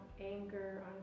anger